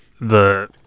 the-